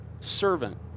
servant